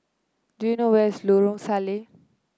do you know where is Lorong Salleh